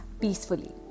peacefully